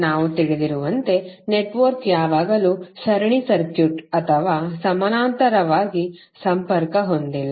ನಾವು ತಿಳಿದಿರುವಂತೆ ನೆಟ್ವರ್ಕ್ ಯಾವಾಗಲೂ ಸರಣಿ ಸರ್ಕ್ಯೂಟ್ ಅಥವಾ ಸಮಾನಾಂತರವಾಗಿ ಸಂಪರ್ಕ ಹೊಂದಿಲ್ಲ